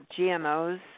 GMOs